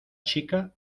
chica